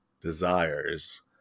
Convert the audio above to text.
Desires